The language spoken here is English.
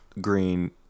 green